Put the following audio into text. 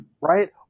Right